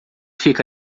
fica